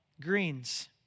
greens